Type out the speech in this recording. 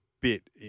bit